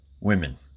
women